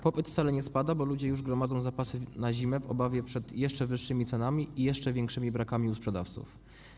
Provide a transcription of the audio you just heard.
Popyt wcale nie spada, bo ludzie już gromadzą zapasy na zimę w obawie przed jeszcze wyższymi cenami i jeszcze większymi brakami u sprzedawców.